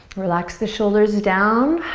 relax the shoulders down.